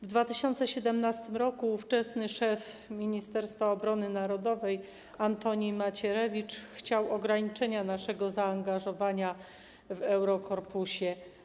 W 2017 r. ówczesny szef Ministerstwa Obrony Narodowej Antoni Macierewicz chciał ograniczenia naszego zaangażowania w Eurokorpusie.